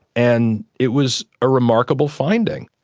and it was a remarkable finding.